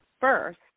first